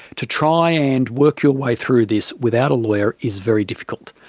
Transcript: to try and work your way through this without a lawyer is very difficult.